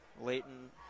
Leighton